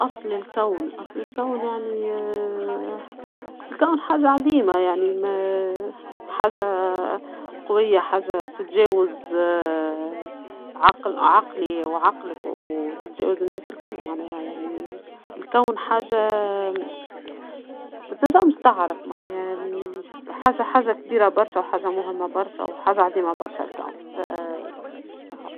أصل الكون أصل الكون يعني آآ الكون حاجة عظيمة يعني ما حاچة آآ قوية حاچة تتچاوز آآ عق-عقلي وعقلك وتتچاوز الناس الكل معناها يعني الكون حاچة آآ بتنچمش تعرف معناها حاچة-حاچة كبيرة برشا وحاچة مهمة برشا وحاچة عظيمة برشا الكون.